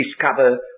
discover